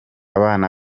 abana